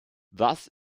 thus